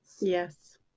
Yes